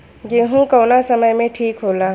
गेहू कौना समय मे ठिक होला?